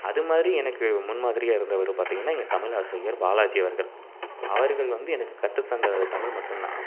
அதுமாதிரி எனக்கு முன்மாதிரியாக இருந்தவர் பார்த்திங்கனா எங்கள் தமிழ் ஆசிரியர் பாலாஜி அவர்கள் அவர்கள் வந்து எனக்கு கற்றுத்தந்த தமிழ் மட்டும் தான்